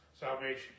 Salvation